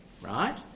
right